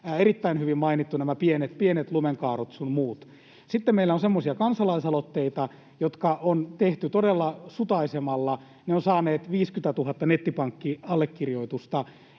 erittäin hyvin mainittu nämä pienet lumenkaadot sun muut. Sitten meillä on semmoisia kansalaisaloitteita, jotka on tehty todella sutaisemalla. Ne ovat saaneet 50 000 nettipankkiallekirjoitusta,